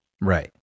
Right